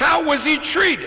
how was he treat